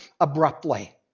abruptly